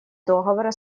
договора